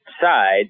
side